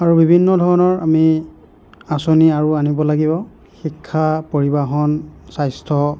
আৰু বিভিন্ন ধৰণৰ আমি আঁচনি আৰু আনিব লাগিব শিক্ষা পৰিবহণ স্বাস্থ্য